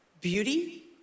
beauty